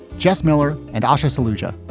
jess miller and aisha solutia,